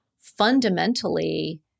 fundamentally